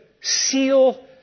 seal